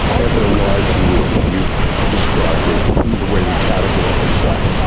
they have their lives ruined. and you've described the the way we categorise that.